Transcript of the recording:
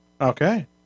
Okay